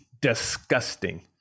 disgusting